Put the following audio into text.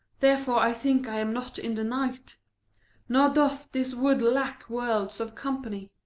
therefore i think i am not in the night nor doth this wood lack worlds of company,